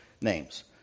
names